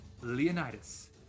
Leonidas